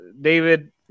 David